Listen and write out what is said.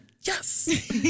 yes